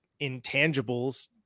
intangibles